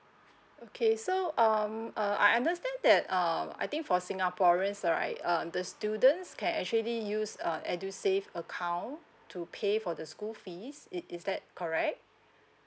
okay so um uh I understand that um I think for singaporeans right um the students can actually use uh edusave account to pay for the school fees it is that correct